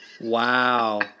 Wow